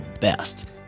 best